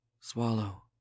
Swallow